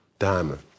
Diamond